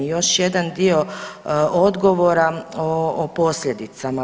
Još jedan dio odgovora o posljedicama.